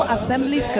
Assembly